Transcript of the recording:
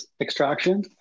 extraction